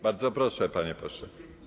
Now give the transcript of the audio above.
Bardzo proszę, panie pośle.